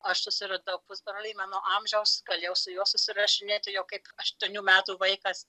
aš susiradau pusbrolį mano amžiaus galėjau su juo susirašinėti jau kaip aštuonių metų vaikas